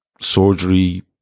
surgery